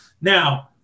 Now